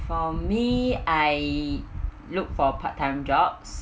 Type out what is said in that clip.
for me I look for part time jobs